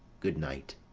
good night.